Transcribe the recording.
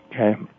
Okay